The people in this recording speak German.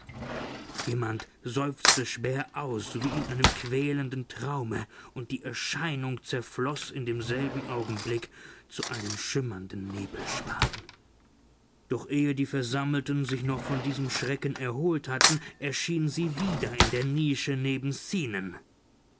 jemand seufzte schwer auf wie in einem quälenden traume und die erscheinung zerfloß in demselben augenblick zu einen schimmernden nebelschwaden doch ehe die versammelten sich noch von diesem schrecken erholt hatten erschien sie wieder in der nische neben zenon